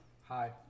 Hi